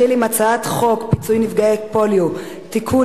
ונתחיל עם הצעת חוק פיצוי נפגעי פוליו (תיקון,